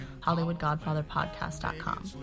hollywoodgodfatherpodcast.com